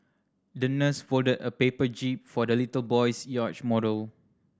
the nurse folded a paper jib for the little boy's yacht model